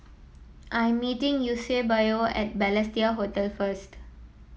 I am meeting Eusebio at Balestier Hotel first